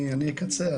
אני אקצר,